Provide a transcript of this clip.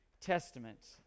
Testament